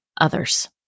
others